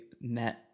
met